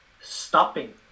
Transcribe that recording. stopping